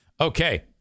Okay